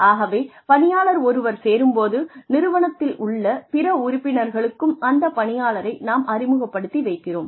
ஆகவே பணியாளர் ஒருவர் சேரும் போது நிறுவனத்திலுள்ள பிற உறுப்பினர்களுக்கும் அந்த பணியாளரை நாம் அறிமுகப்படுத்தி வைக்கிறோம்